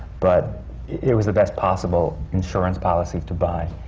but it was the best possible insurance policy to buy,